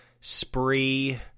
spree